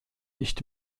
nicht